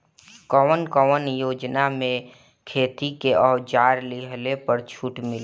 कवन कवन योजना मै खेती के औजार लिहले पर छुट मिली?